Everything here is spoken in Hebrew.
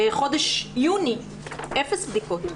בחודש יוני אפס בדיקות.